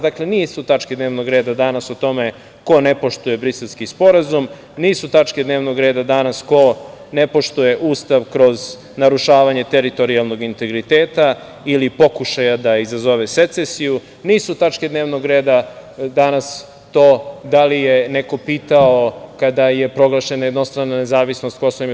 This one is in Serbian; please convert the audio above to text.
Dakle, nisu tačke dnevnog reda danas o tome ko ne poštuje Briselski sporazum, nisu tačke dnevnog reda danas ko ne poštuje Ustav kroz narušavanje teritorijalnog integriteta ili pokušaja da izazove secesiju, nisu tačke dnevnog reda danas to da li je neko pitao kada je proglašena jednostrana nezavisnost KiM.